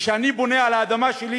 כשאני בונה על האדמה שלי